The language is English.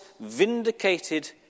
vindicated